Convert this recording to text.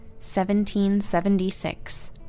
1776